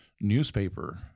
newspaper